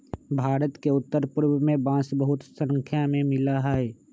भारत के उत्तर पूर्व में बांस बहुत स्नाख्या में मिला हई